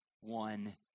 one